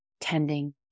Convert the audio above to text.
tending